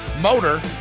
motor